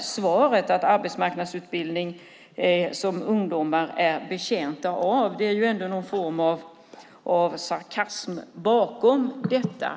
svaret. Det gäller arbetsmarknadsutbildningar som ungdomar är betjänta av. Det är ändå någon form av sarkasm bakom detta.